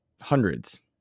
Hundreds